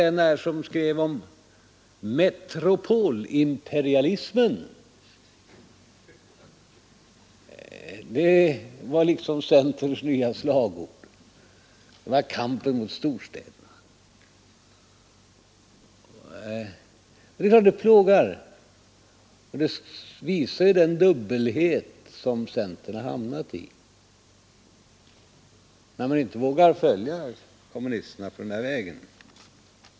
En av dem skrev om ”Metropolimperialismen” — det var liksom centerns nya slagord, det var kampen mot storstäderna. Det visar den dubbelhet som centern har hamnat i, när man inte vågar följa kommunisterna på den vägen.